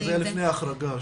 זה היה לפני ההחרגה.